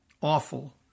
awful